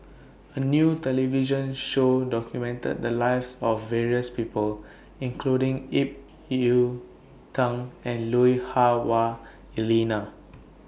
A New television Show documented The Lives of various People including Ip Yiu Tung and Lui Hah Wah Elena